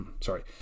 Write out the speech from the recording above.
sorry